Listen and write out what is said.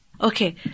Okay